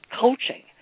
coaching